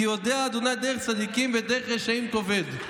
כי יודע ה' דרך צדיקים ודרך רשעים תאבד".